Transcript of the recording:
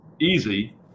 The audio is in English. easy